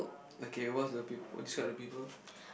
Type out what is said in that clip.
okay what is the peop~ describe the people